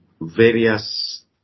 various